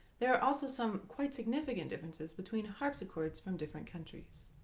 there are also some quite significant differences between harpsichords from different countries.